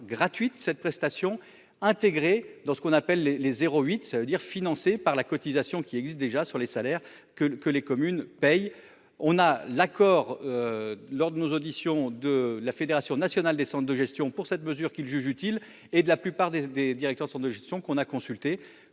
Cette prestation intégrée dans ce qu'on appelle les les zéro huit, ça veut dire, financés par la cotisation qui existe déjà sur les salaires que que les communes payent. On a l'accord. Lors de nos auditions de la Fédération nationale des centres de gestion pour cette mesure qu'ils jugent utile et de la plupart des des directeurs de son de gestion qu'on a consulté